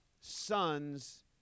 sons